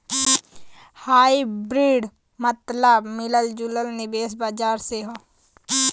hybrid मतबल मिलल जुलल निवेश बाजार से हौ